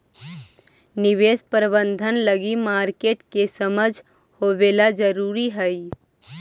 निवेश प्रबंधन लगी मार्केट के समझ होवेला जरूरी हइ